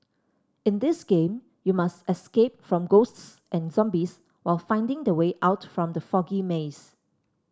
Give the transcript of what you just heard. in this game you must escape from ghosts and zombies while finding the way out from the foggy maze